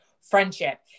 friendship